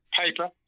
paper